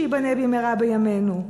שייבנה במהרה בימינו.